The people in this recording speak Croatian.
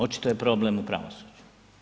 Očito je problem u pravosuđu.